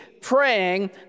praying